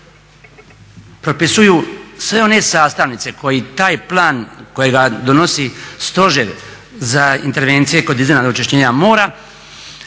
Hvala.